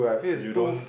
you don't